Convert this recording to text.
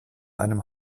einem